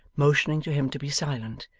motioning to him to be silent,